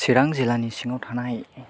चिरां जिल्लानि सिङाव थानाय